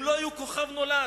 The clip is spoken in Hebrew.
הם לא היו "כוכב נולד".